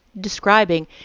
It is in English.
describing